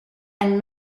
and